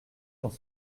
dans